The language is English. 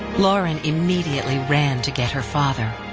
lauren immediately ran to get her father.